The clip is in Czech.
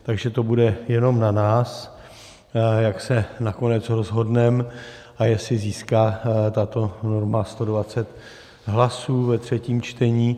Takže to bude jenom na nás, jak se nakonec rozhodneme a jestli získá tato norma 120 hlasů ve třetím čtení.